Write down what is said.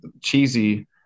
cheesy